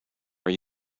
are